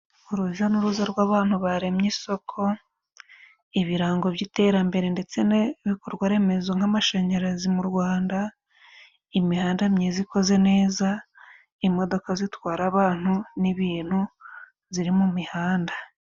Urujya n'uruza rw'abantu baremye isoko, ibirango by'iterambere ndetse n'ibikorwaremezo nk'amashanyarazi mu Rwanda, imihanda myiza ikoze neza, imodoka zitwara abantu n'ibintu ziri mu mihanda.